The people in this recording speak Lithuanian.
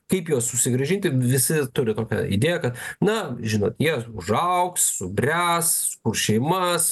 kaip juos susigrąžinti visi turi tokią idėją kad na žinot jie užaugs subręs kurs šeimas